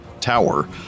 tower